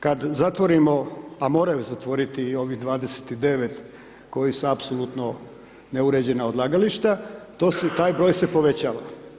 Kad zatvorimo, a moraju zatvoriti ovih 29 koji su apsolutno neuređena odlagališta, to se taj broj se povećava.